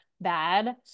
bad